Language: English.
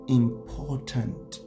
important